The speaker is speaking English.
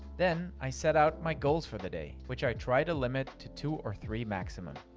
then, i set out my goals for the day, which i try to limit to two or three, maximum.